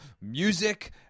music